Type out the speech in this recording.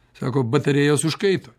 sako batarėjos užkaito